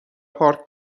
پارک